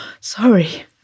Sorry